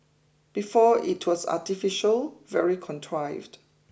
before it was artificial very contrived